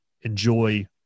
enjoy